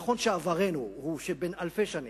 נכון, עברנו הוא בן אלפי שנים,